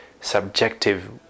subjective